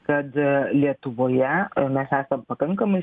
kad lietuvoje mes esam pakankamai